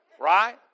Right